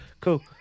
Cool